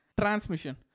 transmission